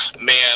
man